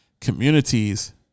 communities